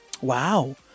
Wow